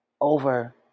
over